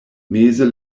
meze